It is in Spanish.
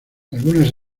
algunas